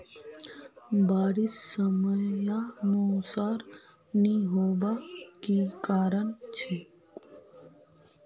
बारिश समयानुसार नी होबार की कारण छे?